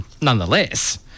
nonetheless